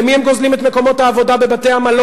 למי הם גוזלים את מקומות העבודה בבתי-המלון?